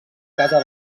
casa